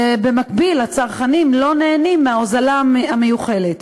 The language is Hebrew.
ובמקביל הצרכנים לא נהנים מההוזלה המיוחלת.